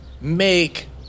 make